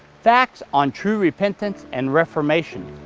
facts on true repentance and reformation,